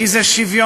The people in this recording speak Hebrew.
כי זה שוויוני,